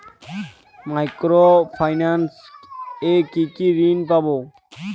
Micro finance এ কি কি ঋণ পাবো?